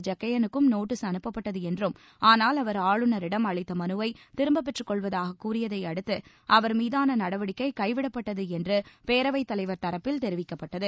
ஐக்கையனுக்கும் notice அனுப்பப்பட்டது என்றும் ஆனால் அவர் ஆளுநரிடம் அளித்த மனுவை திரும்பப் பெற்றுக் கொள்வதாக கூறியதை அடுத்து அவர்மீதான நடவடிக்கை கைவிடப்பட்டது என்று பேரவைத் தலைவர் தரப்பில் தெரிவிக்கப்பட்டது